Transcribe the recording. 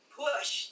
push